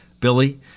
Billy